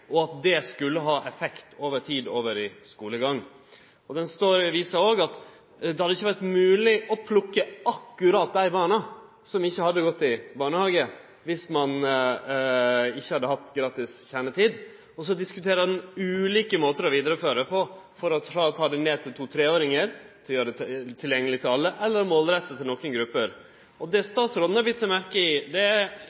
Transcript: og at det over tid skulle ha effekt over i skulegang. Det står òg i avisa at det ikkje hadde vore mogleg å plukke ut akkurat dei borna som ikkje hadde gått i barnehage, viss ein ikkje hadde hatt gratis kjernetid. Så diskuterer ein ulike måtar å vidareføre det på: å ta det ned til to–treåringar, å gjere det tilgjengeleg for alle, eller rette det inn mot nokre grupper. Det